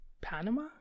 Panama